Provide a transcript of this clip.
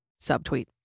subtweet